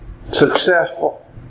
Successful